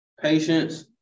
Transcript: patience